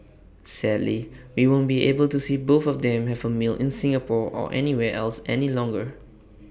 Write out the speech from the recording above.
sadly we won't be able to see both of them have A meal in Singapore or anywhere else any longer